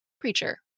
preacher